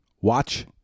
watch